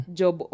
job